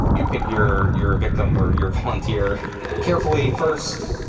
you pick your your victim or your volunteer carefully first,